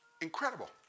Incredible